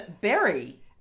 Berry